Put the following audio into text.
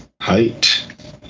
Height